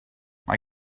mae